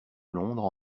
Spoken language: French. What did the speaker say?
londres